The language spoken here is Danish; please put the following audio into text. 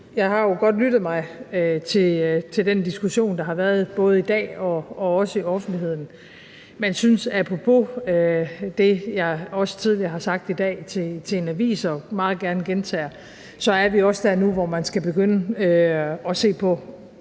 jeg har jo godt lyttet til den diskussion, der har været både her i dag og også i offentligheden, men synes apropos det, jeg også har sagt tidligere i dag til en avis og meget gerne gentager, at så er vi også der nu, hvor man skal begynde og se på,